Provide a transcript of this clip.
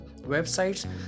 websites